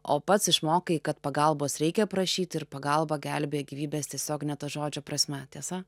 o pats išmokai kad pagalbos reikia prašyti ir pagalba gelbėja gyvybes tiesiogine to žodžio prasme tiesa